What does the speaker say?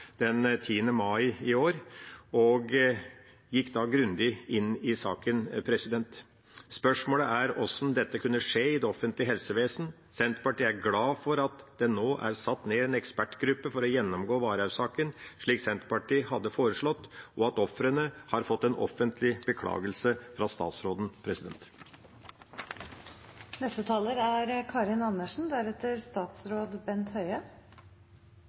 mai i år, og gikk da grundig inn i saken. Spørsmålet er hvordan dette kunne skje i det offentlige helsevesenet. Senterpartiet er glad for at det nå er satt ned en ekspertgruppe for å gjennomgå Varhaug-saken, slik Senterpartiet hadde foreslått, og at ofrene har fått en offentlig beklagelse fra statsråden.